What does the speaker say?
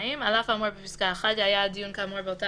(2) על אף האמור בפסקה (1), היה הדיון כאמור באותה